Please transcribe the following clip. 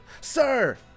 sir